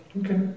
Okay